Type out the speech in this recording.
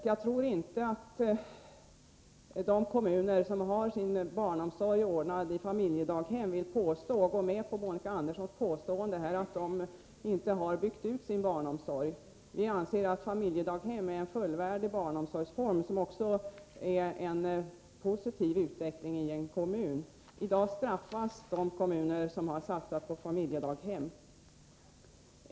Jag tror inte att de kommuner som har sin barnomsorg ordnad i familjedaghem vill gå med på Monica Anderssons påstående att de inte har byggt ut sin barnomsorg. Vi anser att familjedaghem är en fullvärdig barnomsorgsform, som också är en positiv utveckling i en kommun. I dag straffas de kommuner som har satsat på familjedaghem.